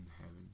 heaven